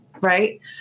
right